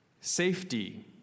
safety